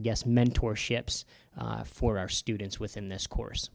guess mentor ships for our students within this course